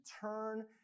turn